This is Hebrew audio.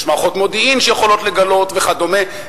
יש מערכות מודיעין שיכולות לגלות וכדומה.